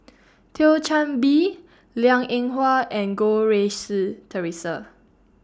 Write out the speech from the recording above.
Thio Chan Bee Liang Eng Hwa and Goh Rui Si Theresa